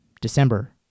December